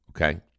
okay